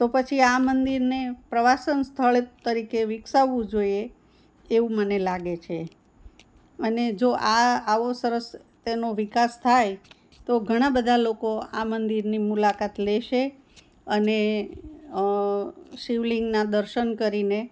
તો પછી આ મંદિરને પ્રવાસન સ્થળ તરીકે વિકસાવવું જોઈએ એવું મને લાગે છે અને આ આવો સરસ તેનો વિકાસ થાય તો ઘણાં બધા લોકો આ મંદિરની મુલાકાત લેશે અને શિવલિંગનાં દર્શન કરીને